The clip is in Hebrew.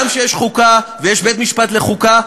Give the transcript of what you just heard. גם כשיש חוקה ויש בית-משפט לחוקה,